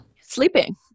Sleeping